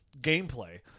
gameplay